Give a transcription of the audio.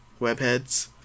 webheads